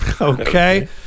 okay